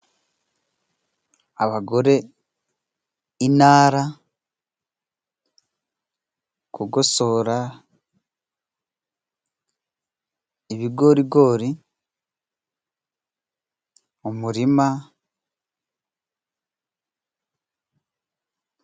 Abagore, inara, kugosora ibigorigori, umurima.